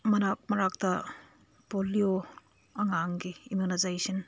ꯃꯔꯛ ꯃꯔꯛꯇ ꯄꯣꯂꯤꯌꯣ ꯑꯉꯥꯡꯒꯤ ꯏꯃ꯭ꯌꯨꯅꯥꯏꯖꯦꯁꯟ